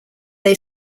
they